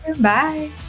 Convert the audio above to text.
Bye